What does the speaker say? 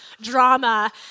drama